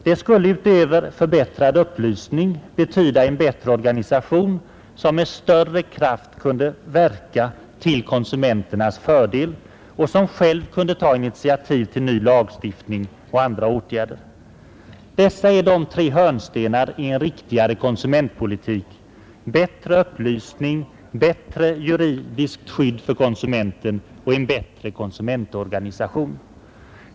Det skulle utöver förbättrad upplysning betyda en bättre organisation som med större kraft kunde verka till konsumenternas fördel och som själv kunde ta initiativ till lagstiftning och andra åtgärder. Dessa är tre hörnstenar i en riktigare konsumentpolitik: bättre upplysning, bättre juridiskt skydd för konsumenten, bättre konsumentorganisation.